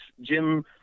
Jim